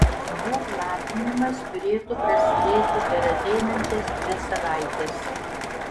jų platinimas turėtų prasidėti per ateinančias dvi savaites